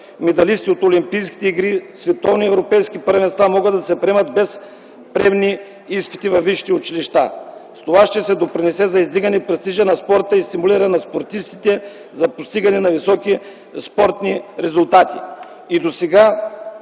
медалисти от олимпийските игри, световни и европейски първенства могат да се приемат без приемни изпити във висшите училища. С това ще се допринесе за издигане престижа на спорта и стимулиране на спортистите за постигане на високи спортни резултати. И досега